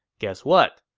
guess what?